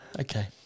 Okay